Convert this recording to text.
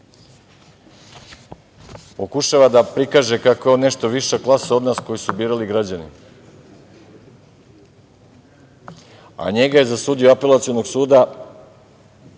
Pokušava da prikaže kako je on nešto viša klasa od nas koje su birali građani, a njega je za sudiju Apelacionog suda